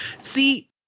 See